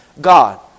God